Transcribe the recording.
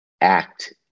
act